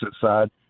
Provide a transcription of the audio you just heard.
side